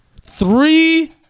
three